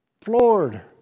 floored